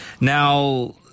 Now